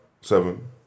seven